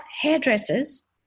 hairdressers